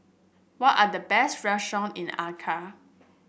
what are the best restaurants in the Accra